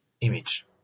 image